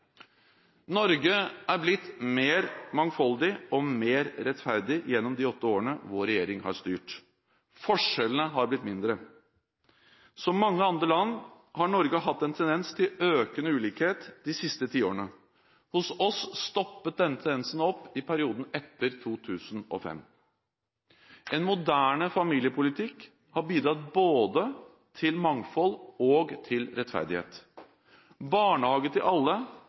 Norge har blitt mer mangfoldig og mer rettferdig gjennom de åtte årene vår regjering har styrt. Forskjellene har blitt mindre. Som mange andre land har Norge hatt en tendens til økende ulikhet de siste tiårene. Hos oss stoppet denne tendensen opp i perioden etter 2005. En moderne familiepolitikk har bidratt både til mangfold og til rettferdighet. Barnehage til alle,